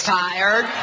tired